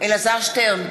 אלעזר שטרן,